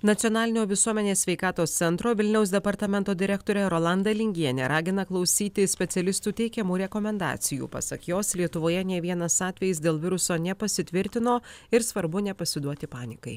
nacionalinio visuomenės sveikatos centro vilniaus departamento direktorė rolanda lingienė ragina klausyti specialistų teikiamų rekomendacijų pasak jos lietuvoje nė vienas atvejis dėl viruso nepasitvirtino ir svarbu nepasiduoti panikai